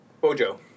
Bojo